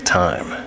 time